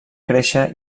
créixer